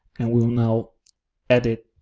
and will now edit,